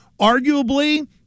arguably